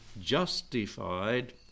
justified